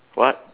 what